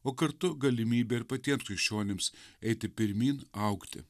o kartu galimybė ir patiems krikščionims eiti pirmyn augti